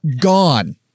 gone